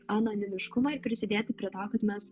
anonimiškumui prisidėti prie to kad mes